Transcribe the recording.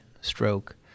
stroke